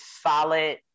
solid